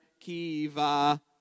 Kiva